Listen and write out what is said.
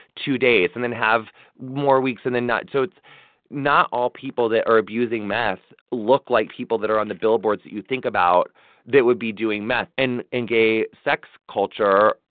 two days and then have more weeks and then not. so it's not all people that are abusing meth look like people that are on the billboards that you think about that would be doing meth. and in gay sex culture,